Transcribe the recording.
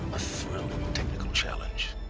a thrilling technical challenge.